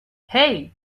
hey